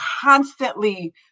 constantly